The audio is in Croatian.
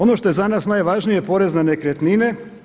Ono što je za nas najvažnije je porez na nekretnine.